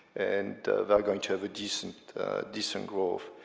and they are going to have a decent decent growth.